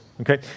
Okay